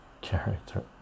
character